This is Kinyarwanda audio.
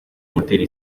moteri